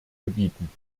gebieten